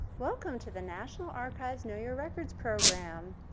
welcome to the national archives know your records program.